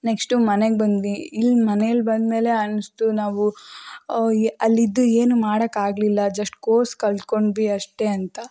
next ಮನೆಗೆ ಬಂದ್ವಿ ಇಲ್ಲಿ ಮನೇಲಿ ಬಂದಮೇಲೆ ಅನಿಸ್ತು ನಾವು ಅಲ್ಲಿದ್ದು ಏನೂ ಮಾಡಕ್ಕೆ ಆಗಲಿಲ್ಲ ಜಸ್ಟ್ ಕೋರ್ಸ್ ಕಲ್ತ್ಕೊಂಡ್ವಿ ಅಷ್ಟೆ ಅಂತ